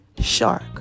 shark